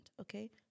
okay